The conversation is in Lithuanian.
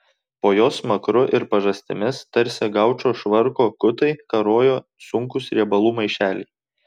po jos smakru ir pažastimis tarsi gaučo švarko kutai karojo sunkūs riebalų maišeliai